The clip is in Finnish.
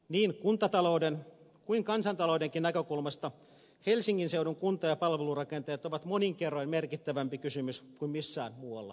niin kuntatalouden kuin kansantaloudenkin näkökulmasta helsingin seudun kunta ja palvelurakenteet ovat monin verroin merkittävämpi kysymys kuin missään muualla maassamme